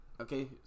Okay